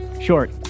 short